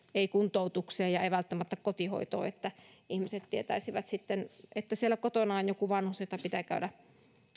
ei kuntoutukseen eikä välttämättä kotihoitoon että ihmiset tietäisivät sitten että siellä kotona on joku vanhus jota pitää käydä